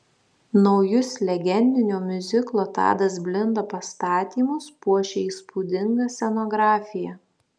naujus legendinio miuziklo tadas blinda pastatymus puošia įspūdinga scenografija